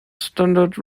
standard